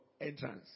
entrance